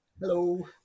Hello